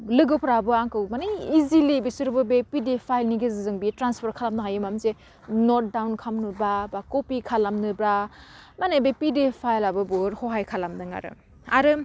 लोगोफ्राबो आंखौ माने इजिलि बिसोरबो बे पिडिएफ फाइलनि गेजेरजों बियो ट्रेनफार खालामनो हायो माबा मोनसे नट दाउन खामनोबा बा कपि खालामनोबा माने बे पिडिएफ फाइलआबो बुहुथ हहाय खालामदों आरो आरो